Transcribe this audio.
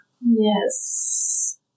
Yes